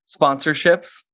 sponsorships